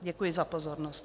Děkuji za pozornost.